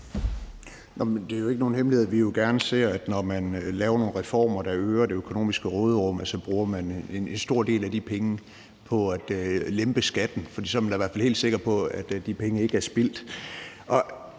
Det er jo ikke nogen hemmelighed, at vi gerne ser, at når man laver nogle reformer, der øger det økonomiske råderum, så bruger man en stor del af de penge på at lempe skatten, for så er man da helt sikker på, at de penge ikke er spildt.